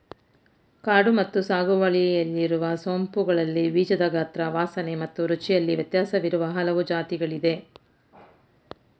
ಕಾಡು ಮತ್ತು ಸಾಗುವಳಿಯಲ್ಲಿರುವ ಸೋಂಪುಗಳಲ್ಲಿ ಬೀಜದ ಗಾತ್ರ ವಾಸನೆ ಮತ್ತು ರುಚಿಯಲ್ಲಿ ವ್ಯತ್ಯಾಸವಿರುವ ಹಲವು ಜಾತಿಗಳಿದೆ